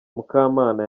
mukamana